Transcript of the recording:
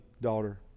daughter